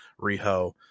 Riho